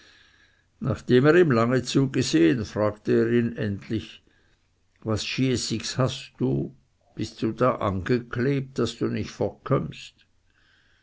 nachdem er ihm lange zu gesehen fragte er ihn endlich was schießigs hast du bist du da angeklebt daß du nicht fortkömmst